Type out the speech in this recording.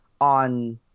on